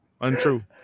untrue